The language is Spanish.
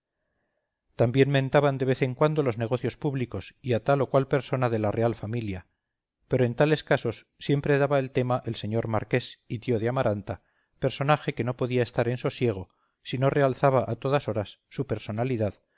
también mentaban de vez en cuando los negocios públicos y a tal o cual persona de la real familia pero en tales casos siempre daba el tema el señor marqués y tío de amaranta personaje que no podía estar en sosiego si no realzaba a todas horas su personalidad